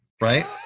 Right